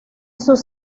sus